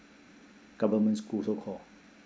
government school so called